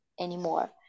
anymore